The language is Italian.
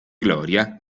gloria